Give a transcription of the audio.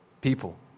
people